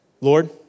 Lord